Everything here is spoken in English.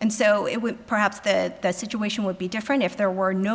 and so it would perhaps that the situation would be different if there were no